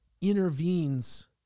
intervenes